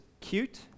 cute